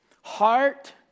Heart